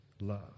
love